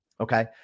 Okay